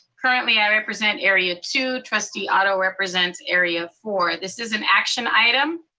currently i represent area two, trustee otto represents area four. this is an action item.